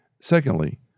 Secondly